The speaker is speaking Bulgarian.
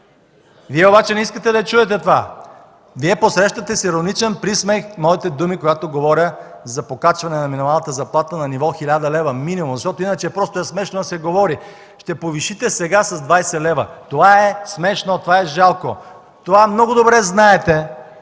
Вие обаче не искате да чуете за това, Вие посрещате с ироничен присмех моите думи, когато говоря за покачване на минималната работна заплата на ниво 1000 лв. минимум, защото иначе е просто смешно да се говори. Сега ще повишите с 20 лв. – това е смешно, това е жалко! Много добре знаете,